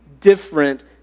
different